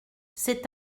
c’est